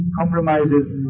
compromises